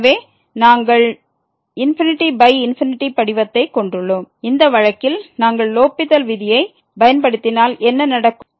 எனவே நாங்கள் ∞∞ படிவத்தைக் கொண்டுள்ளோம் இந்த வழக்கில் நாங்கள் லோப்பித்தல் விதியைப் பயன்படுத்தினால் என்ன நடக்கும்